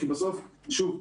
בסוף, שוב,